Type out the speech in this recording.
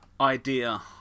idea